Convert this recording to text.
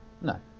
No